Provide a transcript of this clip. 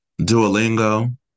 Duolingo